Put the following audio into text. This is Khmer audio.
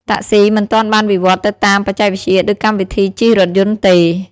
តាក់ស៊ីមិនទាន់បានវិវត្តទៅតាមបច្ចេកវិទ្យាដូចកម្មវិធីជិះរថយន្តទេ។